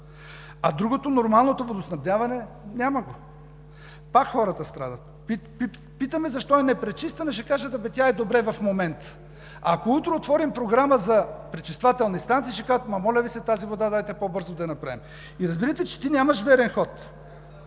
А, другото – нормалното водоснабдяване, няма го – пак хората страдат. Питаме: защо е непречистена? Ще кажат: абе тя е добре в момента. Ако утре отворим програма за пречиствателни станции, ще кажат: ама моля Ви се, тази вода дайте по-бързо да я направим. И разбираш, че ти нямаш верен ход.